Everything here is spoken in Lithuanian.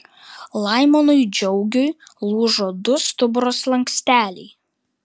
laimonui džiaugiui lūžo du stuburo slanksteliai